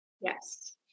Yes